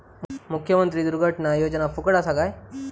मुख्यमंत्री दुर्घटना योजना फुकट असा काय?